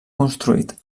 construït